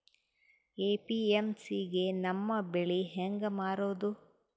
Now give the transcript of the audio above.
APMC ಗೆ ನಮ್ಮ ಬೆಳಿ ಹೆಂಗ ಮಾರೊದ?